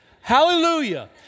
hallelujah